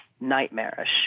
nightmarish